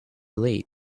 late